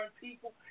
people